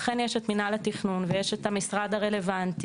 לכן יש את מינהל התכנון ויש את המשרד הרלוונטי,